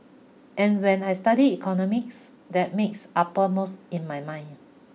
and when I studied economics that makes uppermost in my mind